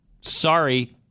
Sorry